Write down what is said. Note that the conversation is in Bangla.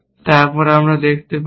তারপরে আমরা দেখতে পাচ্ছি